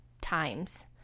times